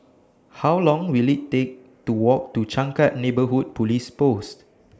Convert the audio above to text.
How Long Will IT Take to Walk to Changkat Neighbourhood Police Post